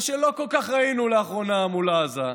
מה שלא כל כך ראינו לאחרונה מול עזה,